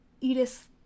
Edith